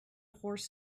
horse